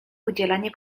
udzielanie